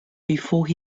before